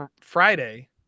Friday